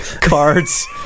cards